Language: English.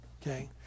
Okay